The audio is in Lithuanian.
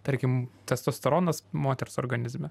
tarkim testosteronas moters organizme